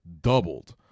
doubled